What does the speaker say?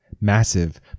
massive